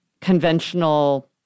conventional